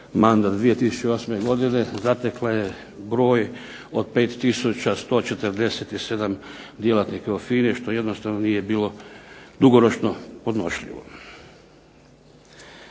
mandat 2008. godine zatekla je broj od 5147 djelatnika u FINA-i što jednostavno nije bilo dugoročno podnošljivo.